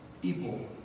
people